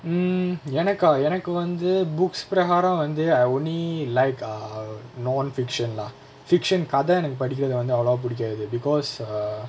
mm எனக்கா எனக்கு வந்து:enakkaa enakku vanthu books பிரகாரோ வந்து:piragaro vanthu I only like err non-fiction lah fiction கத எனக்கு படிக்குறது வந்து அவலவா புடிக்காது:katha enakku padikkurathu vanthu avalavaa pudikkaathu because err